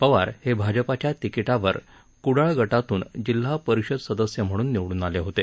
पवार हे भाजपाच्या तिकिटावर कुडाळ गटातून जिल्हा परिषद सदस्य म्हणून निवडून आले होते